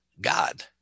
God